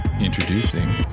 Introducing